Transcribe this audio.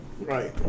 Right